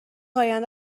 آینده